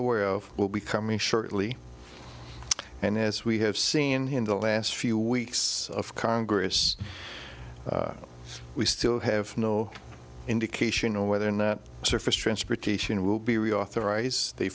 aware of will be coming shortly and as we have seen here in the last few weeks of congress we still have no indication on whether or not surface transportation will be reauthorized they